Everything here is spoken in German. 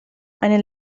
eine